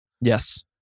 Yes